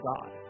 God